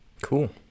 Cool